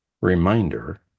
reminder